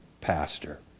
pastor